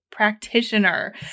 practitioner